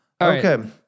Okay